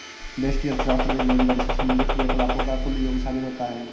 व्यष्टि अर्थशास्त्र में बेरोजगारी से संबंधित क्रियाकलापों का कुल योग शामिल होता है